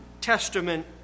Testament